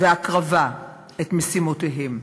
והקרבה את משימותיהם.